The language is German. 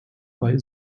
bei